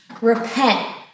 Repent